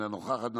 אינה נוכחת,